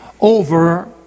over